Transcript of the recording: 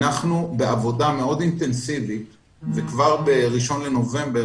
אנחנו בעבודה מאוד אינטנסיבית וכבר באחד בנובמבר